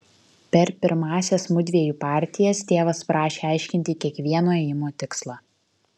per pirmąsias mudviejų partijas tėvas prašė aiškinti kiekvieno ėjimo tikslą